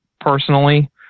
personally